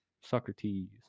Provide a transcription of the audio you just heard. Socrates